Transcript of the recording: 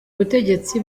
ubutegetsi